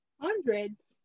Hundreds